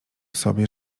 sobie